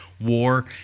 War